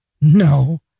No